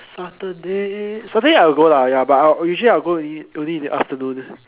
Saturday Saturday I will go lah ya but I will usually I will go during in the afternoon